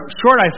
short